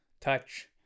touch